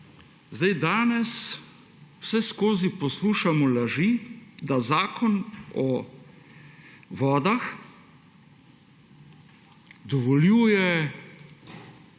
Danes vseskozi poslušamo laži, da Zakon o vodah dovoljuje